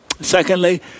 Secondly